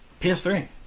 PS3